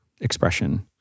expression